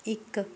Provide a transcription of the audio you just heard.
ਇੱਕ